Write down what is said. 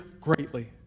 greatly